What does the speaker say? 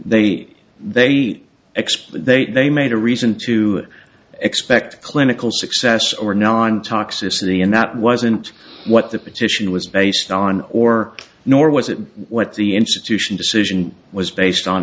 they they expect they made a reason to expect clinical success or non toxicity and that wasn't what the petition was based on or nor was it what the institution decision was based on